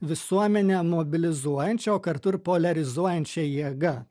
visuomenę mobilizuojančia o kartu ir poliarizuojančia jėga